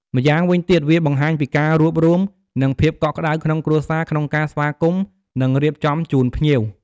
ម្យ៉ាងវិញទៀត វាបង្ហាញពីការរួបរួម និងភាពកក់ក្ដៅក្នុងគ្រួសារក្នុងការស្វាគមន៍ និងរៀបចំជូនភ្ញៀវ។